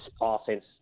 offense